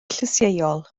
llysieuol